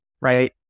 right